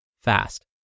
fast